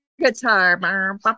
guitar